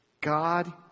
God